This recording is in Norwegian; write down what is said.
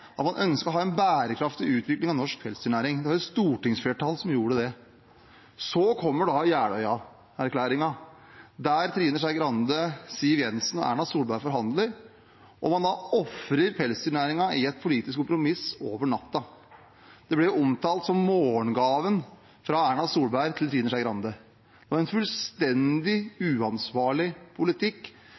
at man ønsket å ha en bærekraftig utvikling av norsk pelsdyrnæring. Det var et stortingsflertall som gjorde det. Så kom Jeløya-plattformen, der Trine Skei Grande, Siv Jensen og Erna Solberg forhandler, og man ofrer da pelsdyrnæringen i et politisk kompromiss – over natten. Det ble omtalt som morgengaven fra Erna Solberg til Trine Skei Grande. Det var en fullstendig uansvarlig politikk,